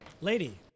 Lady